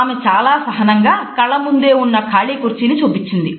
ఆమె చాలా సహనంగా కళ్లముందే ఉన్న ఖాళీ కుర్చీని చూపించింది